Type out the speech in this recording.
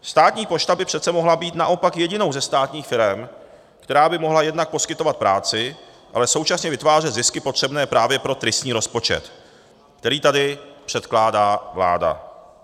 Státní pošta by přece mohla být naopak jedinou ze státních firem, která by mohla jednak poskytovat práci, ale současně vytvářet zisky potřebné právě pro tristní rozpočet, který tady předkládá vláda.